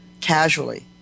casually